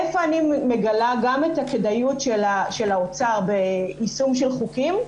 איפה אני מגלה גם את הכדאיות של האוצר ביישום של חוקים,